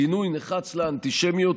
גינוי נחרץ לאנטישמיות,